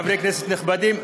חברי כנסת נכבדים,